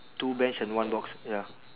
two bench and one box ya